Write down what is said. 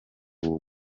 uwo